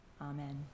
Amen